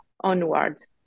onwards